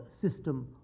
system